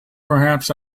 perhaps